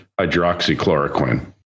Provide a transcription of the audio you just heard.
hydroxychloroquine